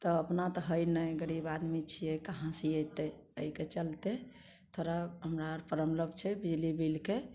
तऽ अपना तऽ हइ नहि गरीब आदमी छिए कहाँसे अएतै एहिके चलितै थोड़ा हमरा आरके प्रॉब्लम छै बिजली बिलके